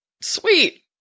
sweet